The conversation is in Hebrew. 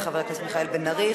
חבר הכנסת מיכאל בן-ארי,